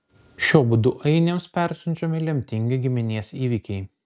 šiuo būdu ainiams persiunčiami lemtingi giminės įvykiai